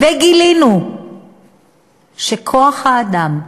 וגילינו שכוח-האדם ב"הדסה"